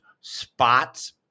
spots